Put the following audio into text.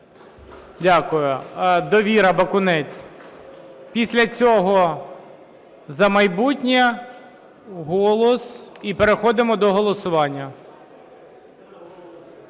Дякую. "Довіра", Бакунець. Після цього "За майбутнє", "Голос". І переходимо до голосування.